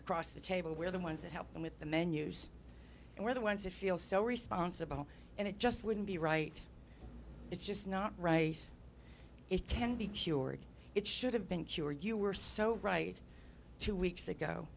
across the table we're the ones that help them with the menus and we're the ones that feel so responsible and it just wouldn't be right it's just not right it can be cured it should have been cured you were so right two weeks ago